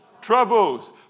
troubles